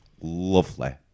lovely